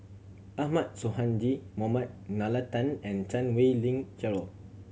Ahmad Sonhadji Mohamad Nalla Tan and Chan Wei Ling Cheryl